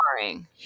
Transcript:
boring